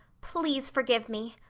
please forgive me.